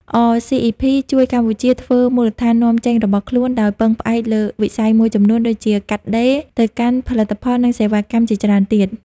អ សុី អុី ភី (RCEP)ជួយកម្ពុជា ធ្វើមូលដ្ឋាននាំចេញរបស់ខ្លួន ដោយពឹងផ្អែកលើវិស័យមួយចំនួន ដូចជា កាត់ដេរ ទៅកាន់ផលិតផល និងសេវាកម្មជាច្រើនទៀត។